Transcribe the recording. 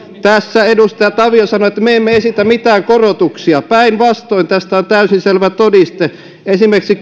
tässä edustaja tavio sanoi että me emme esitä mitään korotuksia päinvastoin tästä on täysin selvä todiste esimerkiksi